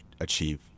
achieve